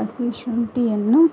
ಹಸಿ ಶುಂಠಿಯನ್ನು